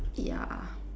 ya